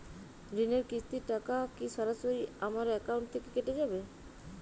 ঋণের কিস্তির টাকা কি সরাসরি আমার অ্যাকাউন্ট থেকে কেটে যাবে?